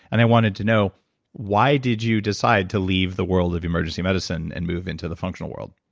and i wanted to know why did you decide to leave the world of emergency medicine and move into the functional world?